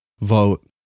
vote